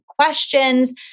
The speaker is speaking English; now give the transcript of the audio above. questions